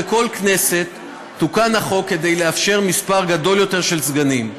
בכל כנסת תוקן החוק כדי לאפשר מספר גדול יותר של סגנים.